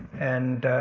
and.